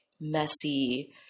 messy